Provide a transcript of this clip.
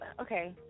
okay